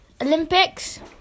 Olympics